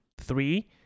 three